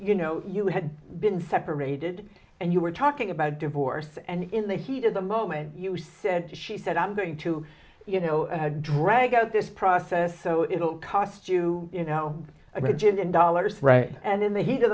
you know you had been separated and you were talking about divorce and in the heat of the moment you said she said i'm going to you know drag out this process so it'll cost you you know a great job in dollars and in the heat of